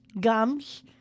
gums